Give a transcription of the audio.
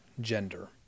gender